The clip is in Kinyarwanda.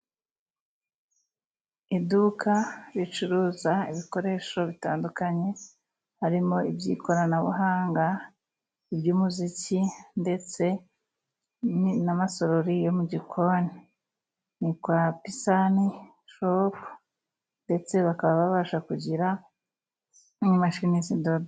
Iduka ricuruza ibikoresho bitandukanye harimo iby'ikoranabuhanga, iby'umuziki ,ndetse n'amasorori yo mu gikoni. Ni kwa Pisani shopu ndetse bakaba babasha kugira n'imashini zidoda.